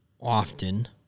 often